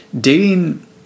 Dating